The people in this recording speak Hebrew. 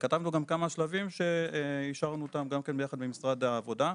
וכתבנו גם כמה שלבים שאישרנו אותם גם כן ביחד עם משרד העבודה,